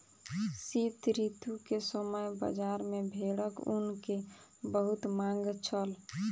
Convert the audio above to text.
शीत ऋतू के समय बजार में भेड़क ऊन के बहुत मांग छल